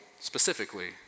specifically